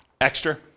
Extra